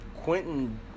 Quentin